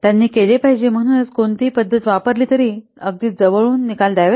त्यांनी केले पाहिजे म्हणून कोणतीही पद्धत वापरली तरी त्यांनी अगदी जवळून निकाल द्यावेत